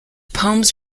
poems